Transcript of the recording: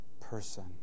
person